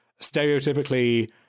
stereotypically